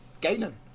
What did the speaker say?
Galen